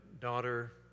daughter